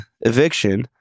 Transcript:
eviction